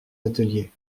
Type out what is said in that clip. ateliers